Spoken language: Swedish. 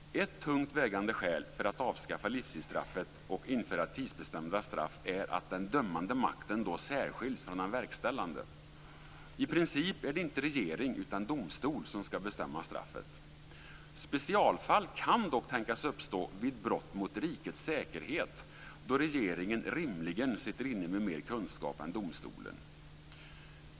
Ett tungt vägande skäl för att avskaffa livstidsstraffet och införa tidsbestämda straff är att den dömande makten då särskiljs från den verkställande. I princip är det inte regering utan domstol som ska bestämma straffet. Specialfall kan dock tänkas uppstå vid brott mot rikets säkerhet, då regeringen rimligen sitter inne med mer kunskap än domstolen.